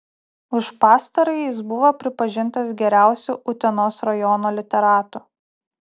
už pastarąjį jis buvo pripažintas geriausiu utenos rajono literatu